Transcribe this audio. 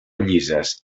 llises